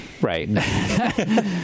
Right